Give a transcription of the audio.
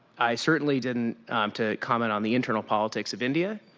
i certainly didn't to comment on the internal politics of india,